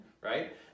right